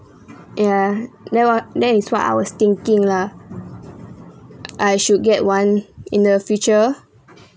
ya no that is what I was thinking lah I should get one in the future